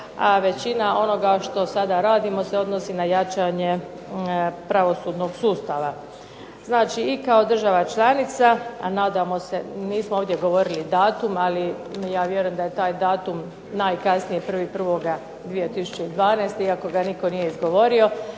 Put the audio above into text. a većina onog što sada radimo se odnosi na jačanje pravosudnog sustava. Znači i kao država članica a nadamo se, nismo ovdje govorili datum ali ja vjerujem da je taj datum najkasnije 1. 1. 2012. iako ga nitko nije izgovorio